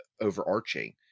overarching